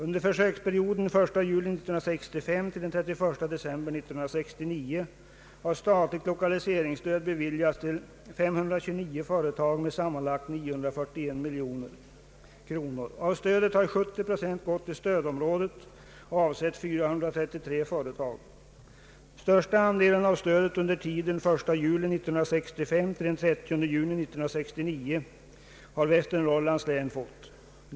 Under försöksperioden den 1 juli 19653 till den 31 december 1969 har statligt lokaliseringsstöd beviljats till 529 företag med sammanlagt 941 miljoner kronor. Av stödet har 70 procent gått till stödområdet och avsett 433 företag. Största andelen av stödet under tiden 1 juli 1965 till 30 juni 1969 har Västernorrlands län fått.